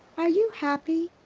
are you happy?